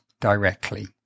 directly